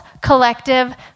collective